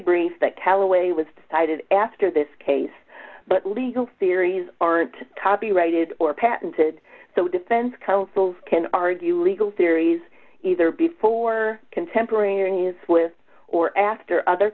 brief that callaway was decided after this case but legal theories aren't copyrighted or patented so defense counsels can argue legal theories either before contemporaneous with or after other